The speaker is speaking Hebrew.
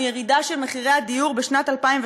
יושב-ראש מטה הדיור הבטיח לנו ירידה של מחירי הדיור בשנת 2016,